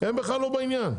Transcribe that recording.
הם בכלל לא בעניין.